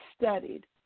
studied